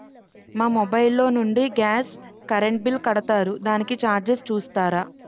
మా మొబైల్ లో నుండి గాస్, కరెన్ బిల్ కడతారు దానికి చార్జెస్ చూస్తారా?